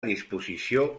disposició